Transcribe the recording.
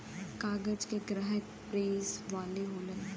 कागज के ग्राहक प्रेस वाले होलन